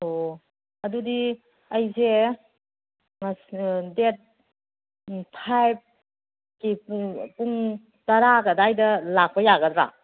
ꯑꯣ ꯑꯗꯨꯗꯤ ꯑꯩꯁꯦ ꯗꯦꯠ ꯐꯥꯏꯚꯀꯤ ꯄꯨꯡ ꯇꯔꯥꯒ ꯑꯗꯥꯏꯗ ꯂꯥꯛꯄ ꯌꯥꯒꯗ꯭ꯔꯥ